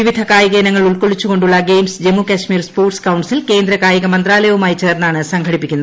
വിവിധ കായിക ഇനങ്ങൾ ഉൾക്കൊള്ളിച്ചു കൊ ണ്ടുള്ള games Jammu Kashmir sports council കേന്ദ്ര കായിക മന്ത്രാലയവുമായി ചേർന്നാണ് സംഘടിപ്പിക്കുന്നത്